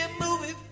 movie